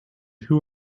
who